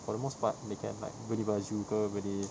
for the most part they can like beli baju ke beli